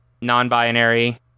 non-binary